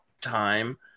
time